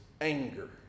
anger